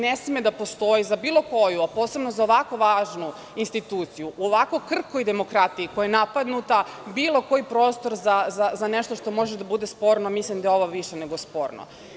Ne sme da postoji, za bilo koju, a posebno za ovako važnu instituciju, u ovako krhkoj demokratiji koja je napadnuta, bilo koji prostor za nešto što može da bude sporno, a mislim da je ovo više nego sporno.